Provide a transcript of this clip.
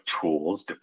tools